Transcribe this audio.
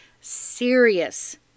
serious